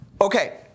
Okay